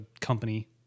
company